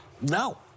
No